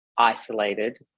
isolated